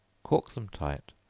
cork them tight,